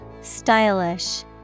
Stylish